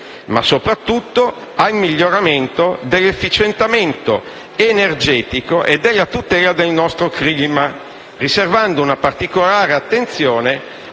ma soprattutto al miglioramento dell'efficientamento energetico e della tutela del nostro clima, riservando una particolare attenzione